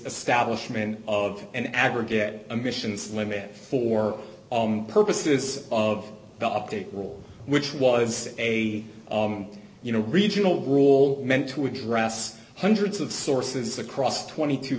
establishment of an aggregate emissions limit for purposes of the update rule which was a you know regional rule meant to address hundreds of sources across twenty two